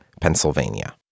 Pennsylvania